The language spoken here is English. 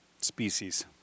species